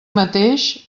mateix